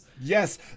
Yes